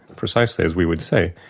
precisely as we would say,